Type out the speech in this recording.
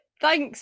thanks